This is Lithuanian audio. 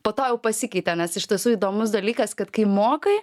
po to jau pasikeitė nes iš tiesų įdomus dalykas kad kai mokai